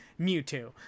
mewtwo